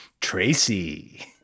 Tracy